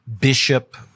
bishop